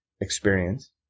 experience